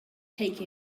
take